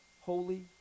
Holy